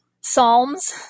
Psalms